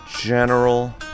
general